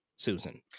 Susan